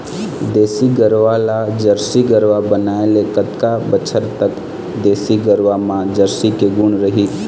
देसी गरवा ला जरसी गरवा बनाए ले कतका बछर तक देसी गरवा मा जरसी के गुण रही?